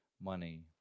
money